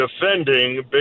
defending